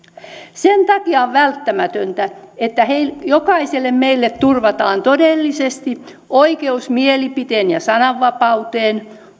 sen takia on välttämätöntä että meille jokaiselle turvataan todellisesti oikeus mielipiteen ja sananvapauteen